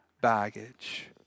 baggage